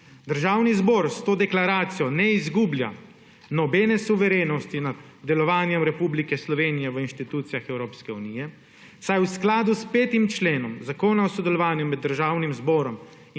Državni zbor s to deklaracijo ne izgublja nobene suverenosti nad delovanjem Republike Slovenije v institucijah Evropske unije, saj mora v skladu s 5. členom Zakona o sodelovanju med državnim zborom